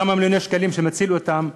כמה מיליוני שקלים שם יצילו אותם,